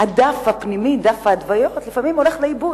הדף הפנימי לפעמים הולך לאיבוד,